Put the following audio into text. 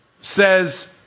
says